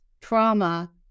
trauma